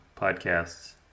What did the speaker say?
podcasts